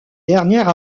dernière